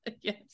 Yes